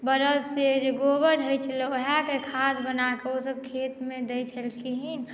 बरद से जे गोबर होइ छलै वएहके खाद्य बनाकऽ ओ सभ खेतमे दै छलखिन